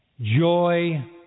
joy